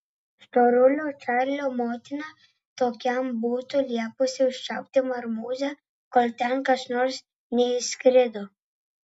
storulio čarlio motina tokiam būtų liepusi užčiaupti marmūzę kol ten kas nors neįskrido